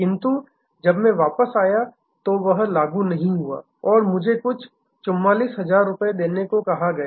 किंतु जब मैं वापस आया तो वह लागू नहीं हुआ और मुझे कुछ 44000 रुपये देने को कहा गया